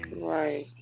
Right